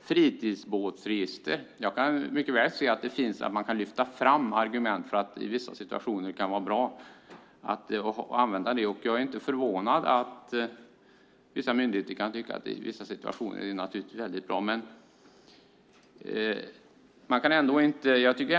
fritidsbåtsregister. Jag kan mycket väl se att argument kan lyftas fram för att det i vissa situationer kan vara bra att använda sig av ett sådant. Jag är inte förvånad över att vissa myndigheter kan tycka att det i vissa situationer är väldigt bra med ett fritidsbåtsregister.